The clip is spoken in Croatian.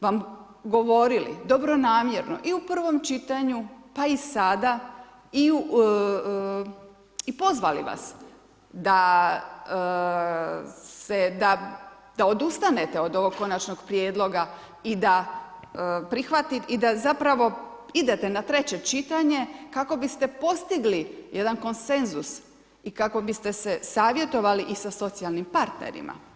vam govorili dobronamjerno i u prvom čitanju, pa i sada i pozvali vas da odustanete od ovog Konačnog prijedloga i da zapravo idete na treće čitanje kako biste postigli jedan konsenzus i kako biste se savjetovali i sa socijalnim partnerima.